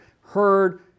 heard